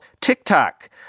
TikTok